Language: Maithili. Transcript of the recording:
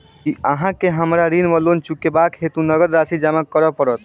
की अहाँ केँ हमरा ऋण वा लोन चुकेबाक हेतु नगद राशि जमा करऽ पड़त?